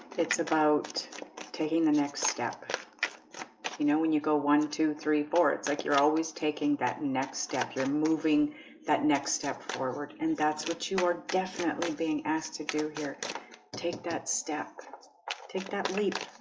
it's about taking the next step you know when you go one two three boards? like you're always taking that next step you're moving that next step forward and that's what you are definitely being asked to do here take that step take that leap